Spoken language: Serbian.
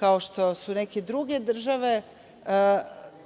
kao što su neke druge države